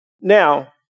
Now